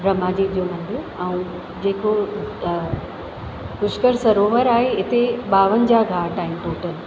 ब्रह्मा जी जो मंदरु ऐं जेको पुष्कर सरोवर आहे इते ॿावंजाहु घाट आहिनि टोटल